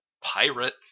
pirate